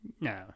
No